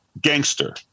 gangster